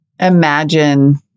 imagine